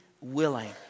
willing